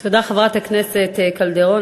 תודה, חברת הכנסת קלדרון.